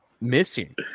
missing